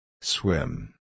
Swim